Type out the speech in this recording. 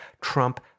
Trump